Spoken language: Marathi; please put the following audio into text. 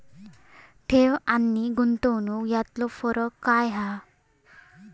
ठेव आनी गुंतवणूक यातलो फरक काय हा?